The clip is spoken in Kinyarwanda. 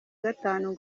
gatanu